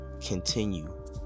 continue